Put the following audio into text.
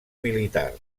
militar